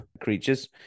creatures